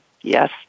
Yes